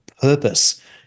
purpose